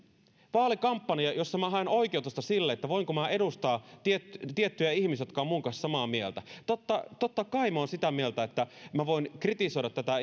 vaalikampanja jossa minä haen oikeutusta sille voinko minä edustaa tiettyjä tiettyjä ihmisiä jotka ovat minun kanssani samaa mieltä niin totta kai minä olen sitä mieltä että minä voin kritisoida tätä